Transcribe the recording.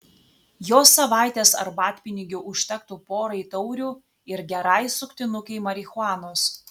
jos savaitės arbatpinigių užtektų porai taurių ir gerai suktinukei marihuanos